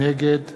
נגד